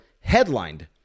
headlined